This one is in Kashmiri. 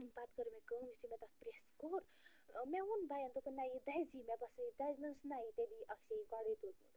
پتہٕ کٔر مےٚ کٲم یُتھٕے مےٚ تتھ پرٛٮ۪س کوٚر مےٚ ووٚن بَین دوٚپُن نَہ یہِ دزی مےٚ باسیو یہِ دَزِ مےٚ دوٚپُس نَہ تیٚلی آسہِ ہا یہِ گۄڈَے دوٚدمُت